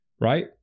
right